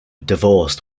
divorced